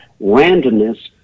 randomness